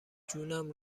جونم